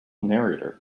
narrator